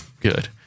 good